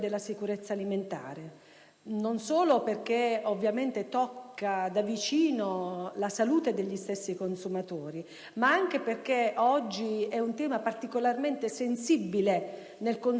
non solo perché tocca da vicino la salute dei consumatori, ma anche perché oggi è un tema particolarmente sensibile nel consumo di determinati prodotti.